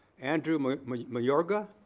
andrew meloga.